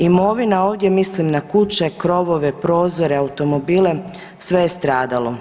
Imovina ovdje mislim na kuće, krovove, prozore, automobile, sve je stradalo.